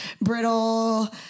brittle